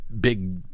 big